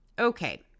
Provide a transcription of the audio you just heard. Okay